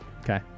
Okay